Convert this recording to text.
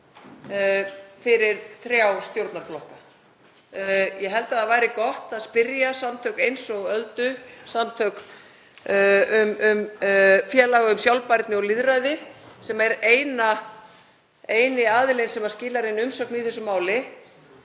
fyrir þrjá stjórnarflokka. Ég held að það væri gott að spyrja samtök eins og Öldu – félag um sjálfbærni og lýðræði, sem er eini aðilinn sem skilar inn umsögn í þessu máli,